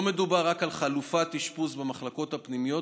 לא מדובר רק על חלופת אשפוז במחלקות הפנימיות